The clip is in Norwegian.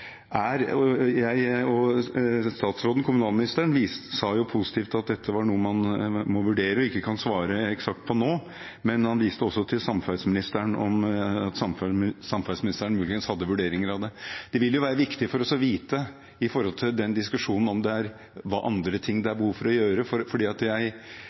Statsråden, kommunalministeren, svarte positivt at dette var noe man må vurdere og ikke kan svare eksakt på nå, men han viste også til at samferdselsministeren muligens hadde vurderinger av det. Det vil være viktig for oss å vite når det gjelder den diskusjonen om hvilke andre ting det er behov for å gjøre, for jeg